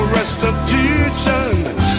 restitution